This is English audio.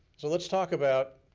so let's talk about